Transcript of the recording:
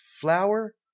flour